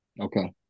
Okay